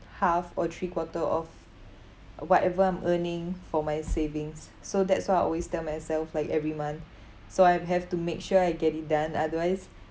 half or three quarter of whatever I'm earning for my savings so that's what I always tell myself like every month so I've have to make sure I get it done otherwise